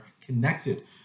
connected